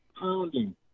pounding